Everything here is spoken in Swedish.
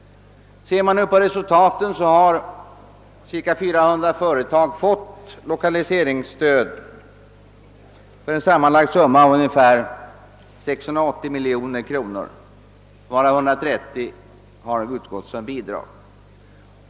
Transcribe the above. Ser man nu på resultaten finner man att cirka 400 företag fått lokaliseringsstöd, för en sammanlagd summa av ungefär 680 miljoner kronor, varav 130 utgått som bidrag.